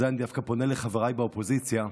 אני פונה לחבריי באופוזיציה,